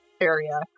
area